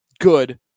good